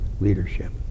leadership